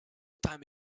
time